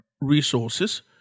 resources